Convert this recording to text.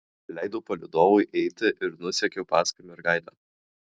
leidau palydovui eiti ir nusekiau paskui mergaitę